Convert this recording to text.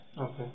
Okay